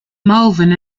malvern